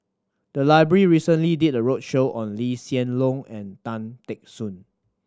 the library recently did a roadshow on Lee Hsien Loong and Tan Teck Soon